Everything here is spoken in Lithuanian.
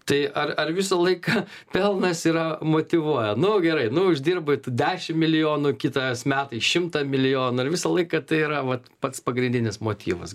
tai ar ar visą laiką pelnas yra motyvuoja nu gerai nu uždirbai tu dešimt milijonų kitais metais šimtą milijonų ir visą laiką tai yra vat pats pagrindinis motyvas